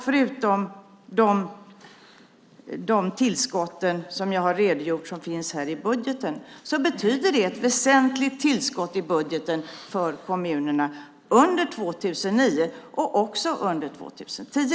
Förutom med de tillskott i budgeten som jag har redogjort för här betyder det ett väsentligt tillskott i budgeten för kommunerna under 2009 och också 2010.